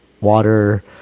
water